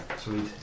Sweet